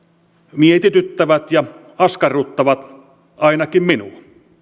mietityttävät ja askarruttavat ainakin minua